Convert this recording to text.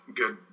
good